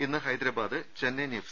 ഇന്ന് ഹൈദരാബാദ് ചെന്നൈയിൻ എഫ്